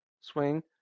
Swing